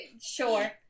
Sure